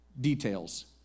details